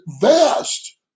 vast